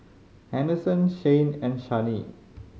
Henderson Shayne and Channie